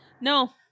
No